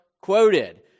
quoted